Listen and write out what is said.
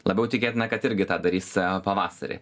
labiau tikėtina kad irgi tą darys pavasarį